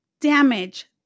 damage